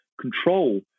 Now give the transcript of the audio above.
control